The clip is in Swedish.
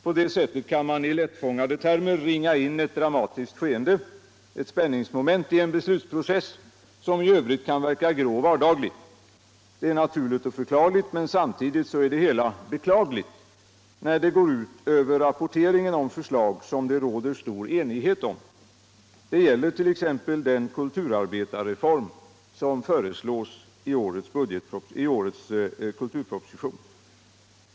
På det sättet kan man i lättfångade termer ringa in ett dramatiskt skeende, ett spänningsmoment i en beslutsprocess som i övrigt kan verka grå och vardaglig. Det är naturligt och förklarligt, men samtidigt är det hela beklagligt — när det går ut över rapporteringen om förslag som det råder stor enighet om. Det gäller t.ex. den kulturarbetarreform som föreslås i årets Kkulturproposition.